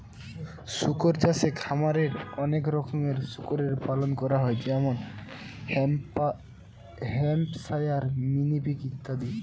শুকর চাষে খামারে অনেক রকমের শুকরের পালন করা হয় যেমন হ্যাম্পশায়ার, মিনি পিগ ইত্যাদি